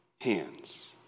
hands